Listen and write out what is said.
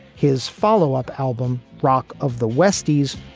his follow up album, rock of the westies,